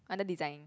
under design